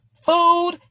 food